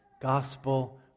gospel